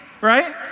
right